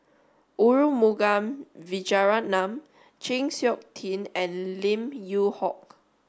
Arumugam Vijiaratnam Chng Seok Tin and Lim Yew Hock